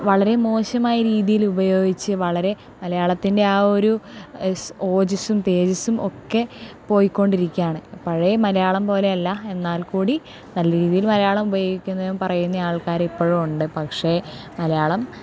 വളരെ മോശമായ രീതിയിൽ ഉപയോഗിച്ച് വളരെ മലയാളത്തിന്റെ ആ ഒരു ഓജസ്സും തേജസ്സും ഒക്കെ പോയിക്കൊണ്ടിരിക്കുകയാണ് പഴയ മലയാളം പോലെയല്ല എന്നാൽക്കൂടി നല്ല രീതിയിൽ മലയാളം ഉപയോഗിക്കുന്നവരും പറയുന്ന ആൾക്കാര് ഇപ്പോഴും ഉണ്ട് പക്ഷെ മലയാളം